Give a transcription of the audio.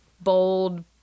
bold